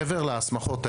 מעבר להסמכות האלה,